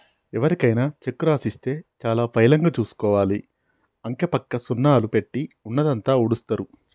ఎవరికైనా చెక్కు రాసిస్తే చాలా పైలంగా చూసుకోవాలి, అంకెపక్క సున్నాలు పెట్టి ఉన్నదంతా ఊడుస్తరు